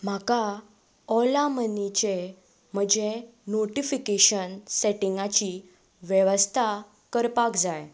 म्हाका ऑला मनीचे म्हजें नोटीफिकेशन सेटिंगाची वेवस्था करपाक जाय